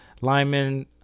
linemen